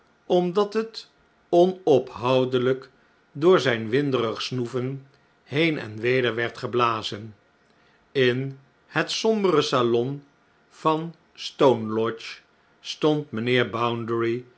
omdat het onophoudelijk door zijn winderig snoeven heen en weder werd geblazen in het sombere salon van stone lodge